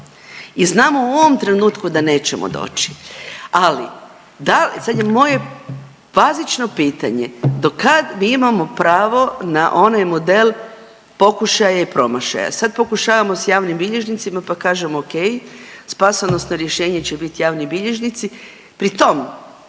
I znamo u ovom trenutku da nećemo doći, ali da li, sad je moje bazično pitanje, do kad mi imamo pravo na onaj model pokušaja i promašaja. Sad pokušavamo s javnim bilježnicima pa kažemo okej, spasonosno rješenje će bit javni bilježnici. Pri tom